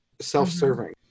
self-serving